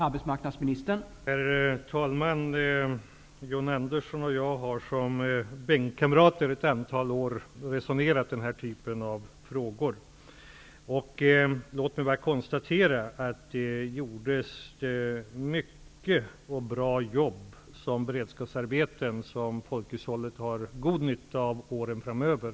Herr talman! John Andersson och jag har under ett antal år som bänkkamrater resonerat om den här typen av frågor. Låt mig bara konstatera att man åstadkom många och bra jobb genom beredskapsarbeten och som folkhushållet har god nytta av åren framöver.